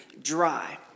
dry